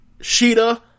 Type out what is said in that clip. Sheeta